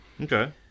okay